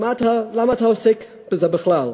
למה אתה עוסק בזה בכלל?